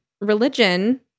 religion